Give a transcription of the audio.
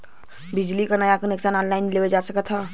बिजली क नया कनेक्शन ऑनलाइन लेवल जा सकत ह का?